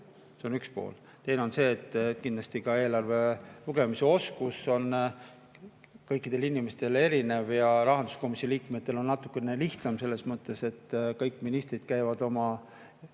See on üks pool. Teine on see, et kindlasti on ka eelarve lugemise oskus inimestel erinev. Rahanduskomisjoni liikmetel on natukene lihtsam selles mõttes, et kõik ministrid käivad oma